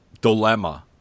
dilemma